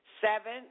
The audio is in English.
Seven